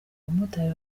abamotari